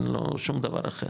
אין לו שום דבר אחר